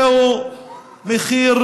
זהו מחיר